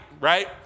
right